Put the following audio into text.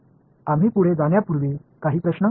आम्ही पुढे जाण्यापूर्वी काही प्रश्न